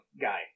guy